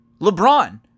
LeBron